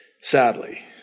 sadly